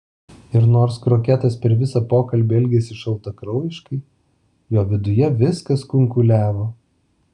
ir nors kroketas per visą pokalbį elgėsi šaltakraujiškai jo viduje viskas kunkuliavo